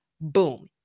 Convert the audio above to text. Boom